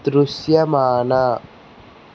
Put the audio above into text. దృశ్యమాన